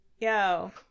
Yo